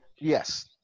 Yes